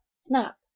snap